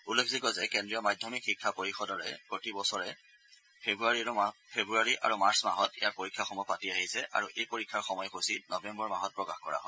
উল্লেখযোগ্য যে কেন্দ্ৰীয় মাধ্যমিক শিক্ষা পৰিষদৰে প্ৰতি বছৰে ফেব্ৰুৱাৰী আৰু মাৰ্চ মাহত ইয়াৰ পৰীক্ষাসমূহ পাতি আহিছে আৰু এই পৰীক্ষাৰ সময়সূচী নৱেম্বৰ মাহত প্ৰকাশ কৰা হয়